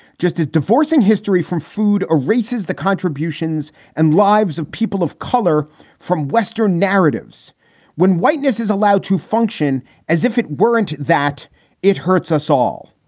just as divorcing history from food erases the contributions and lives of people of color from western narratives when whiteness is allowed to function as if it weren't that it hurts us all.